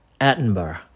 Attenborough